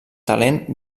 talent